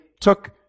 took